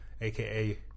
aka